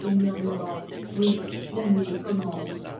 il murmura oui la nuit commence